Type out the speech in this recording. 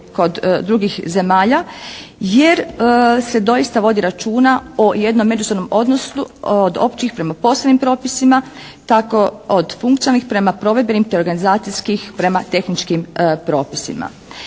kod drugih zemalja jer se doista vodi računa o jednom međusobnom odnosu od općih prema posebnim propisima, tako od funkcionalnih prema provedbenim te organizacijskih prema tehničkim propisima.